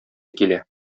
килә